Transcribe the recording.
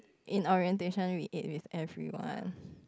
in orientation with it with everyone